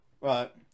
Right